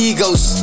Egos